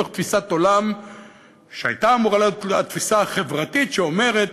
מתוך תפיסת עולם שהייתה אמורה להיות תפיסה חברתית שאומרת